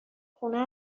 خونه